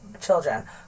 children